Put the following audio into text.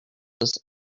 this